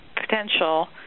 potential